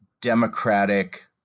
democratic